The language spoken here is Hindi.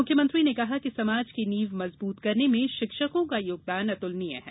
मुख्यमंत्री ने कहा कि समाज की नींव मजबूत करने में शिक्षकों का योगदान अतुलनीय है